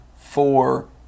four